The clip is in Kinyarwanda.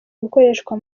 gukoreshwa